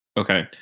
Okay